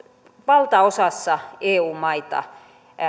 valtaosassa eu maita